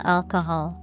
Alcohol